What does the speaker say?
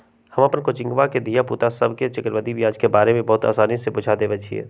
हम अप्पन कोचिंग के धिया पुता सभके चक्रवृद्धि ब्याज के बारे में बहुते आसानी से बुझा देइछियइ